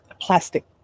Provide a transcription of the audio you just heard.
plastic